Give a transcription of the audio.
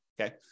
okay